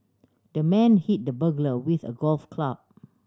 the man hit the burglar with a golf club